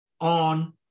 on